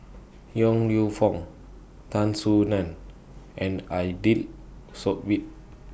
Yong Lew Foong Tan Soo NAN and Aidli Sbit